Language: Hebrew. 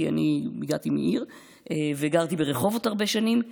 כי אני הגעתי מעיר וגרתי ברחובות הרבה שנים כסטודנטית,